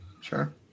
Sure